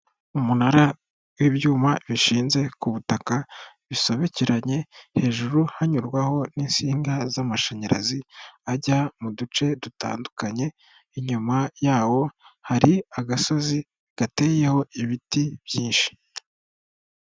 Umunara w'ibyuma bishinze ku butaka bisobekeranye, hejuru hanyurwaho n'insinga z'amashanyarazi ajya mu duce dutandukanye, inyuma yaho hari agasozi gateyeho ibiti byinshi.